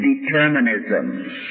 determinism